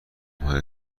های